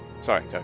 Sorry